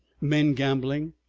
men gambling,